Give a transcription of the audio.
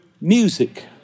music